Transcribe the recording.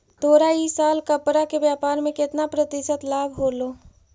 तोरा इ साल कपड़ा के व्यापार में केतना प्रतिशत लाभ होलो?